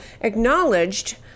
acknowledged